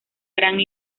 gran